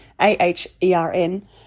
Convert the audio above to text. A-H-E-R-N